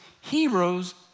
heroes